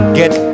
get